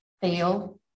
fail